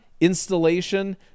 installation